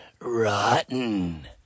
Rotten